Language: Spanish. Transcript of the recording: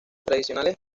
tradicionales